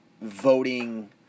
voting